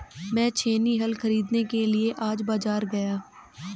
मैं छेनी हल खरीदने के लिए आज बाजार गया